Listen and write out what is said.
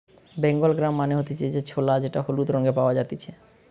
Bengal gram মানে হতিছে যে ছোলা যেটা হলুদ রঙে পাওয়া জাতিছে